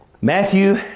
Matthew